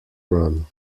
run